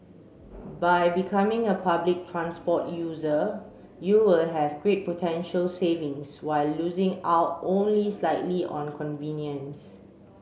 by becoming a public transport user you will have great potential savings while losing out only slightly on convenience